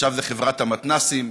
עכשיו זה חברת המתנ"סים,